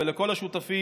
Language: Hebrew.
לכל השותפים.